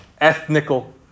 Ethnical